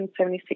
176